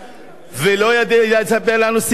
ולא יספר לנו סיפורים.